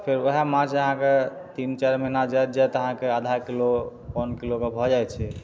फेर वएह माछ अहाँके तीन चारि महीना जाइत जाइत अहाँके आधा किलो पाँच किलो कऽ भऽ जाइ छै